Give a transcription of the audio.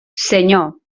senyor